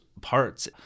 parts